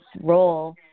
role